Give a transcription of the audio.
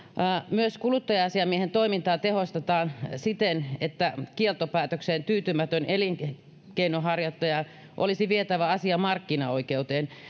myös kuluttaja asiamiehen toimintaa tehostetaan siten että kieltopäätökseen tyytymättömän elinkeinonharjoittajan olisi vietävä asia markkinaoikeuteen